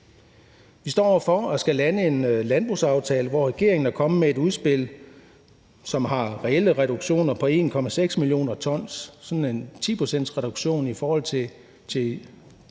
Vi står over for at skulle lande en landbrugsaftale, hvor regeringen er kommet med et udspil, som har reelle reduktioner på 1,6 mio. t, altså en 10-procentsreduktion i forhold til udledningen